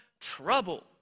trouble